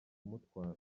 kumutwara